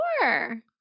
Sure